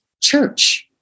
church